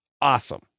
Awesome